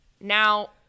Now